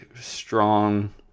strong